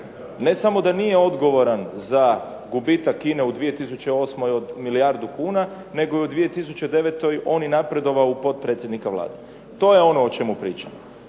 ne samo da nije odgovoran za gubitak INA-e u 2008. od milijardu kuna, nego je u 2009. on i napredovao u potpredsjednika Vlade. To je ono o čemu pričamo.